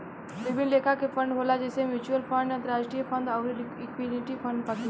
विभिन्न लेखा के फंड होला जइसे म्यूच्यूअल फंड, अंतरास्ट्रीय फंड अउर इक्विटी फंड बाकी